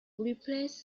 replaced